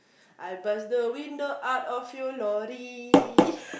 I bust the window out of your lorry